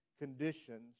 conditions